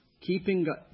Keeping